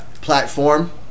Platform